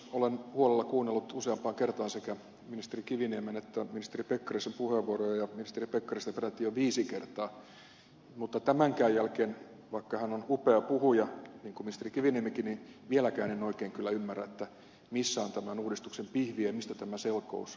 olen huolella kuunnellut useampaan kertaan sekä ministeri kiviniemen että ministeri pekkarisen puheenvuoroja ja ministeri pekkarista peräti jo viisi kertaa mutta tämänkään jälkeen vaikka hän on upea puhuja niin kun ministeri kiviniemikin vieläkään en oikein kyllä ymmärrä että missä on tämän uudistuksen pihvi ja mistä tämä selkeys tähän asiaan tulee